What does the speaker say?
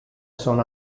sono